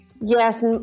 Yes